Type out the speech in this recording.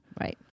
Right